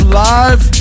live